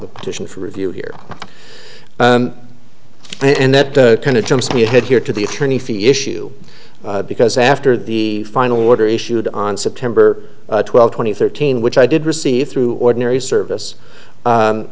the petition for review here and that kind of time so you had here to the attorney fees issue because after the final order issued on september twelfth twenty thirteen which i did receive through ordinary service